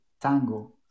tango